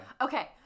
Okay